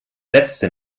letzte